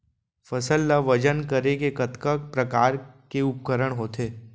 फसल ला वजन करे के कतका प्रकार के उपकरण होथे?